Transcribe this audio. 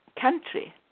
country